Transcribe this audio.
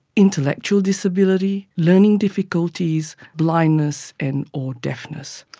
intellectual disability, learning difficulties, blindness and or deafness.